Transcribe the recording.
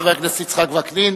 חבר הכנסת יצחק וקנין.